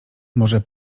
może